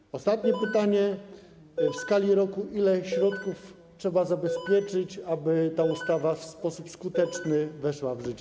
I ostatnie pytanie: W skali roku ile środków trzeba zabezpieczyć, aby ta ustawa w sposób skuteczny weszła w życie?